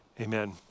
Amen